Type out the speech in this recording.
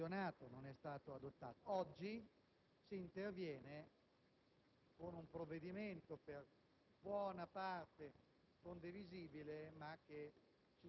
La mancata adozione del decreto che doveva mettere a regime il sistema di costruzione delle aziende